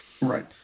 Right